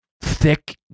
thick